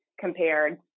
compared